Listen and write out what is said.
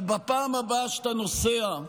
אבל בפעם הבאה שאתה נוסע,